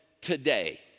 today